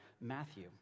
Matthew